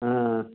ஆ